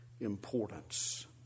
importance